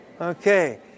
Okay